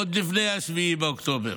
עוד לפני 7 באוקטובר.